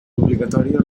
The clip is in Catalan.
obligatòria